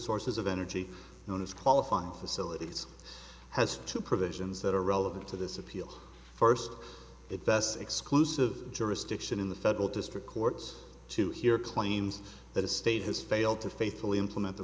sources of energy known as qualifying facilities has two provisions that are relevant to this appeal first it vests exclusive jurisdiction in the federal district courts to hear claims that a state has failed to faithfully implement the